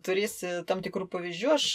turėsi tam tikrų pavyzdžių aš